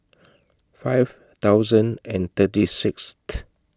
five thousand and thirty Sixth